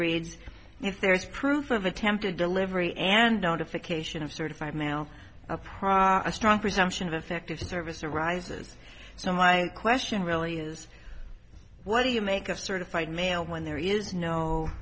read if there is proof of attempted delivery and notification of certified mail a prior a strong presumption of effective service arises so my question really is what do you make of certified mail when there is no